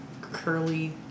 curly